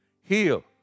heal